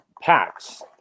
packs